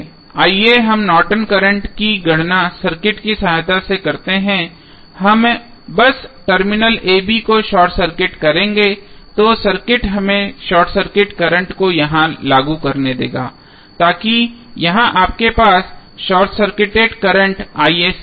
आइए हम Norton current Nortons current की गणना सर्किट की सहायता से करते हैं हम बस टर्मिनल a b को शॉर्ट सर्किट करेंगे तो सर्किट हमें शॉर्ट सर्किट करंट को यहां लागू करने देगा ताकि यहां आपके पास शॉर्ट सर्किटेड करंटहो